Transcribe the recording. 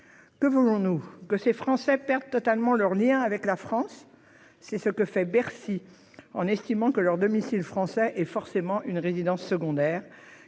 Que voulons-nous ? Que ces Français perdent totalement leur lien avec la France ? C'est ce à quoi s'emploie Bercy en estimant que leur domicile français est forcément une résidence secondaire,